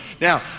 Now